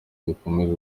dukomeze